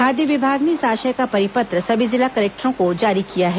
खाद्य विभाग ने इस आशय का परिपत्र सभी जिला कलेक्टरों को जारी किया है